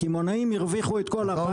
הקמעונאים הרוויחו את כל הפער.